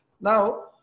Now